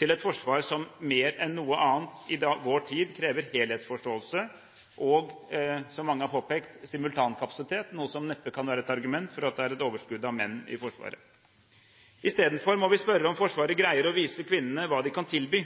til et forsvar som mer enn noe annet i vår tid krever helhetsforståelse og – som mange har påpekt – simultankapasitet, noe som neppe kan være et argument for at det er et overskudd av menn i Forsvaret. Istedenfor må vi spørre om Forsvaret greier å vise kvinnene hva de kan tilby.